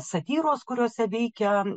satyros kuriose veikia